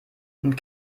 kann